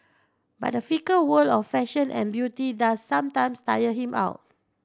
but the fickle world of fashion and beauty does sometimes tire him out